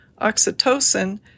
oxytocin